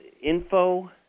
info